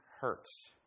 hurts